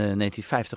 1950